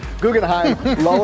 Guggenheim